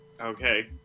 Okay